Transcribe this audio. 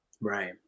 Right